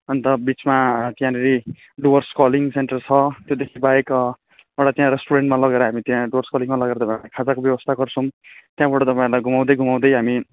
अन्त बिचमा त्यहाँनेरि डुवर्स कलिङ सेन्टर छ त्योदेखि बाहेक एउटा त्यहाँ रेस्टुरेन्टमा लगेर हामी त्यहाँ डुवर्स कलिङमा लगेर खाजाको व्यवस्था गर्छौँ त्यहाँबाट तपाईँलाई घुमाउँदै घुमाउँदै हामी